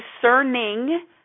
discerning